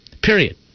period